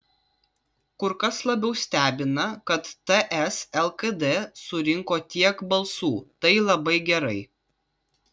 kur kas labiau stebina kad ts lkd surinko tiek balsų tai labai gerai